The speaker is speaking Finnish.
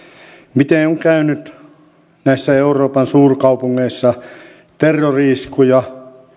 miten on käynyt euroopan suurkaupungeissa terrori iskuja